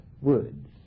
words